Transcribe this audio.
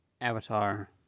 Avatar